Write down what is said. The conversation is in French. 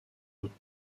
haute